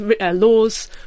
Laws